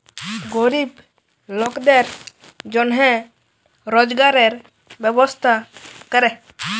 গরিব লকদের জনহে রজগারের ব্যবস্থা ক্যরে